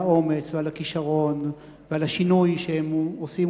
על האומץ ועל הכשרון ועל השינוי שהם עושים,